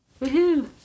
Woohoo